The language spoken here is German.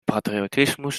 patriotismus